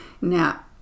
Now